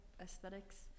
aesthetics